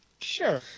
Sure